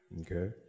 Okay